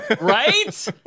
Right